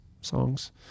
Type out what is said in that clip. songs